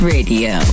Radio